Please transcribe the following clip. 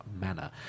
manner